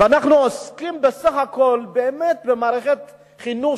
ואנחנו עוסקים בסך הכול באמת במערכת חינוך